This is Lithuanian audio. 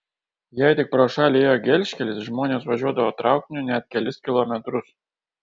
jei tik pro šalį ėjo gelžkelis žmonės važiuodavo traukiniu net kelis kilometrus